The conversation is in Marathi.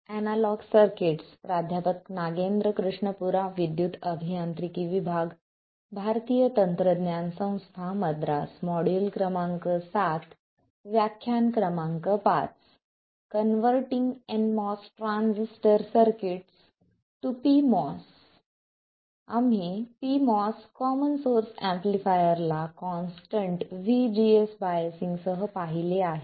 आम्ही pMOS कॉमन सोर्स एम्पलीफायर ला कॉन्स्टंट V GS बायसिंग सह पाहिले आहे